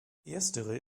erstere